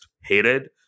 hated